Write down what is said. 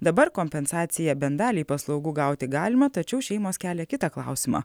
dabar kompensaciją bent daliai paslaugų gauti galima tačiau šeimos kelia kitą klausimą